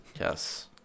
Yes